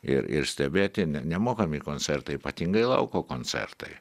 ir ir stebėti ne nemokami koncertai ypatingai lauko koncertai